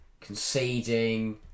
conceding